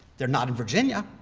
they're not in virginia,